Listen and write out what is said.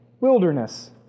wilderness